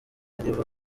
aribo